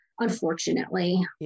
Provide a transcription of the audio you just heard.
unfortunately